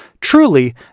Truly